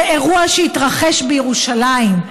זה אירוע שהתרחש בירושלים,